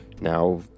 Now